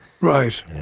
Right